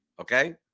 Okay